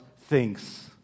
thinks